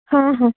ହଁ ହଁ